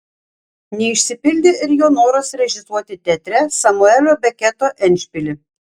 neišsipildė ir jo noras režisuoti teatre samuelio beketo endšpilį